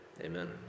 Amen